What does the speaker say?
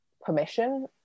permission